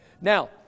Now